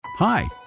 Hi